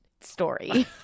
story